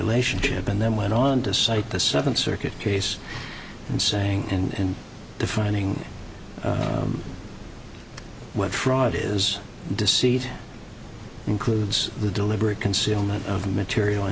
relationship and then went on to cite the seventh circuit case and saying in defining what fraud is deceit includes the deliberate concealment of material